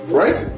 right